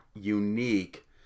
unique